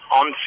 on